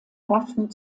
waffen